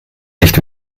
nicht